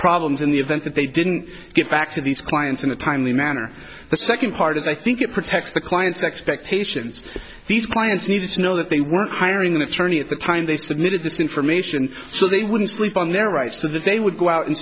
problems in the event that they didn't get back to these clients in a timely manner the second part is i think it protects the client's expectations these clients need to know that they were hiring an attorney at the time they submitted this information so they wouldn't sleep on their rights to that they would go out and